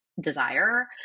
desire